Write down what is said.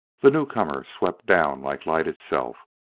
the newcomer swept down like light itself.